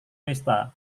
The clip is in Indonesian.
pesta